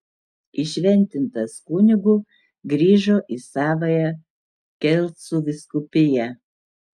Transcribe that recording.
įšventintas kunigu grįžo į savąją kelcų vyskupiją